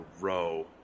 row